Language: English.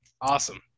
Awesome